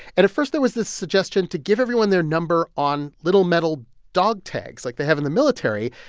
and at first, there was the suggestion to give everyone their number on little metal dog tags like they have in the military,